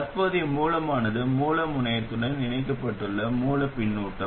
தற்போதைய மூலமானது மூல முனையத்துடன் இணைக்கப்பட்டுள்ள மூல பின்னூட்டம்